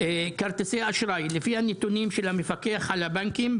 כרטיסי אשראי: לפי הנתונים של המפקח על הבנקים,